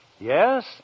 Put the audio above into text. Yes